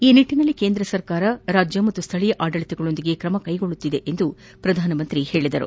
ಈ ನಿಟ್ಟನಲ್ಲಿ ಕೇಂದ್ರ ಸರ್ಕಾರ ರಾಜ್ಯ ಹಾಗೂ ಸ್ವಳೀಯ ಆಡಳಿತಗಳೊಂದಿಗೆ ಕ್ರಮ ಕೈಗೊಳ್ಳುತ್ತಿದೆ ಎಂದು ಪ್ರಧಾನಿ ಹೇಳಿದರು